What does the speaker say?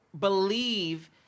believe